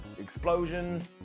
explosion